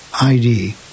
ID